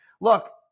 look